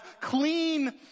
clean